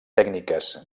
tècniques